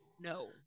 No